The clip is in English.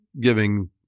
giving